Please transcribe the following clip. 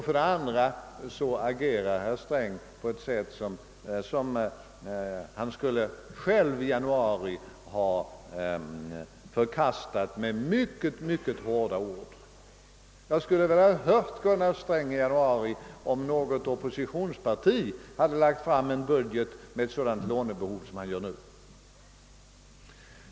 För det andra agerar herr Sträng på ett sätt som han själv i januari skulle ha förkastat med mycket hårda ord. Jag skulle vilja ha hört Gunnar Sträng i januari, om något oppositionsparti hade lagt fram en budget med ett sådant lånebehov — över tre miljarder — som han själv nu presenterar!